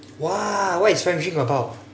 !wah! what is frank dream about